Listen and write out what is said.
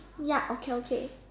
ya okay okay